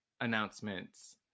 announcements